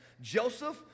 Joseph